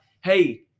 hey